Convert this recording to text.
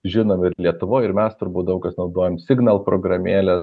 žinom ir lietuvoje ir mes turbūt daug kas naudojam signal programėlę